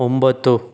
ಒಂಬತ್ತು